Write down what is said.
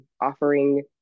offering